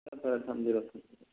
ꯐꯔꯦ ꯐꯔꯦ ꯊꯝꯕꯤꯔꯣ ꯊꯝꯕꯤꯔꯣ